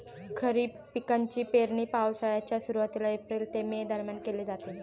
खरीप पिकांची पेरणी पावसाळ्याच्या सुरुवातीला एप्रिल ते मे दरम्यान केली जाते